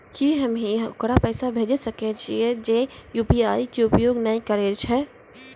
की हम्मय ओकरा पैसा भेजै सकय छियै जे यु.पी.आई के उपयोग नए करे छै?